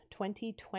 2020